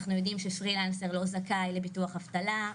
אנחנו יודעים שפרילנסר לא זכאי לביטוח אבטלה,